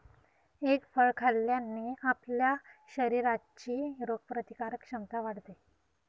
egg फळ खाल्ल्याने आपल्या शरीराची रोगप्रतिकारक क्षमता वाढते